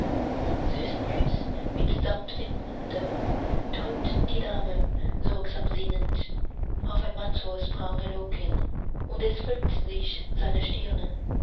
mit sanftem munde drückt die dame sorgsam sinnend auf almansors braune locken und es wölkt sich seine stirne